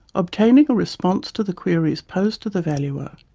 obtaining a response to the queries posed to the valuer